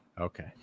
Okay